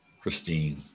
Christine